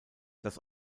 das